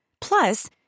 Plus